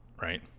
right